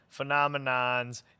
phenomenons